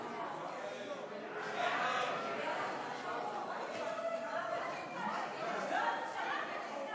ההצעה להעביר את הצעת חוק לפיקוח